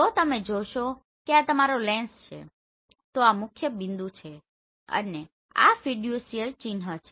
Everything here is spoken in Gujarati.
જો તમે જોશો કે આ તમારો લેન્સ છે તો આ મુખ્યબિંદુ છે અને આ ફીડ્યુસીયલ ચિન્હ છે